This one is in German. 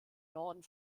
norden